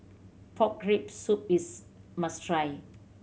pork rib soup is must try